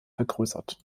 vergrößert